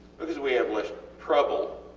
because we have less trouble